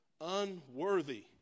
unworthy